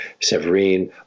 Severine